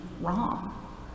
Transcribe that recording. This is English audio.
wrong